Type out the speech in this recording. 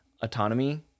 autonomy